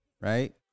Right